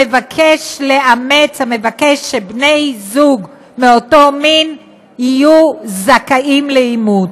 המבקש שבני זוג מאותו מין יהיו זכאים לאמץ.